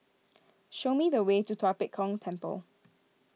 show me the way to Tua Pek Kong Temple